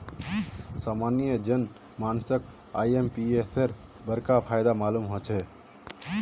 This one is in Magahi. सामान्य जन मानसक आईएमपीएसेर बडका फायदा मालूम ह छेक